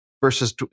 versus